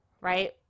right